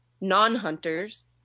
non-hunters